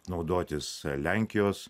naudotis lenkijos